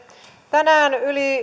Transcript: tänään yli